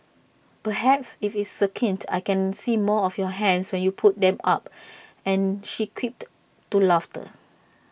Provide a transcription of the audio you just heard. perhaps if it's succinct I can see more of your hands when you put them up and she quipped to laughter